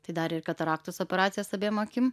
tai darė ir kataraktos operacijas abiem akim